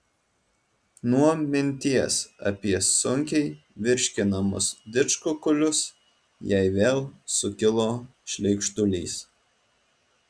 nuo minties apie sunkiai virškinamus didžkukulius jai vėl sukilo šleikštulys